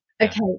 Okay